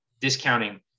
discounting